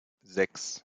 sechs